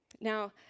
Now